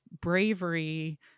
bravery